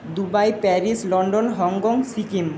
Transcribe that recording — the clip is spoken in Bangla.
Dubai Paris London Hong Kong Sikkim